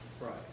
Right